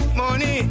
money